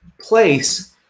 place